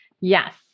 Yes